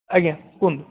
ଆଜ୍ଞା କୁହନ୍ତୁ